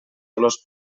olors